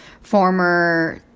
former